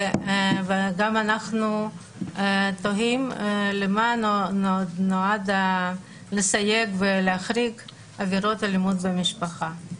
גם אנחנו תוהים למה נועד לסייג ולהחריג עבירות אלימות במשפחה.